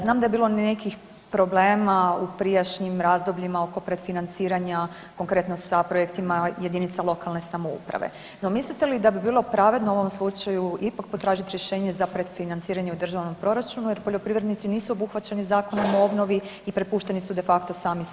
Znam da je bilo nekih problema u prijašnjim razdobljima oko predfinanciranja konkretno sa projektima jedinica lokalne samouprave, no mislite li da bi bilo pravedno u ovom slučaju ipak potražiti rješenje za predfinanciranje u državnom proračunu jer poljoprivrednici nisu obuhvaćeni zakonom o obnovom i prepušteni su de facto sami sebi.